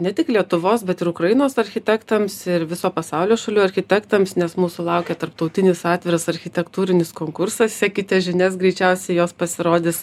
ne tik lietuvos bet ir ukrainos architektams ir viso pasaulio šalių architektams nes mūsų laukia tarptautinis atviras architektūrinis konkursas sekite žinias greičiausiai jos pasirodys